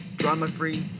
drama-free